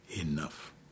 enough